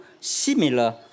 similar